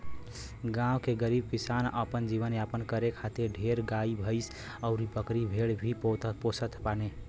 गांव के गरीब किसान अपन जीवन यापन करे खातिर ढेर गाई भैस अउरी बकरी भेड़ ही पोसत बाने